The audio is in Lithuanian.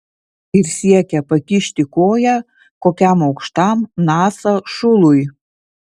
ir siekia pakišti koją kokiam aukštam nasa šului